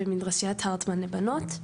במדרשיית הרטמן לבנות.